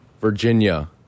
Virginia